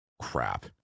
Crap